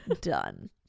done